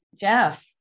Jeff